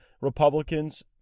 Republicans